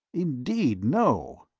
indeed no.